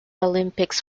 olympics